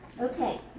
Okay